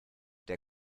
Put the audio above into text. der